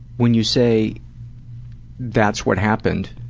when you say that's what happened,